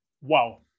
Wow